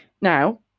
Now